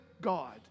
God